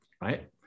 right